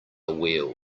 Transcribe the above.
wheel